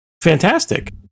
fantastic